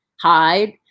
hide